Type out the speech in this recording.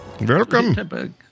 Welcome